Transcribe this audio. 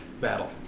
battle